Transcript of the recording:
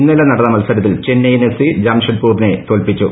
ഇന്നലെ നടന്ന മത്സരത്തിൽ ചെന്നൈയിൻ എഫ്സി ജംഷഡ്പൂറിനെ തോൽപ്പിച്ചു